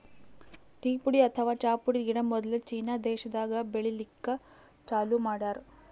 tea ಪುಡಿ ಅಥವಾ ಚಾ ಪುಡಿ ಗಿಡ ಮೊದ್ಲ ಚೀನಾ ದೇಶಾದಾಗ್ ಬೆಳಿಲಿಕ್ಕ್ ಚಾಲೂ ಮಾಡ್ಯಾರ್